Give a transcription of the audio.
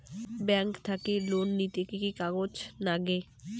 Bank থাকি loan নিতে কি কি কাগজ নাগে?